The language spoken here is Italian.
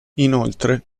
inoltre